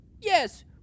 Yes